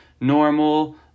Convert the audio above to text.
normal